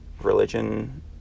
religion